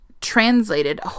translated